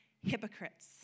hypocrites